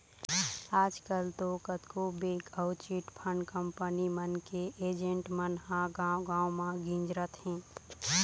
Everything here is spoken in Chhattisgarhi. आजकल तो कतको बेंक अउ चिटफंड कंपनी मन के एजेंट मन ह गाँव गाँव म गिंजरत हें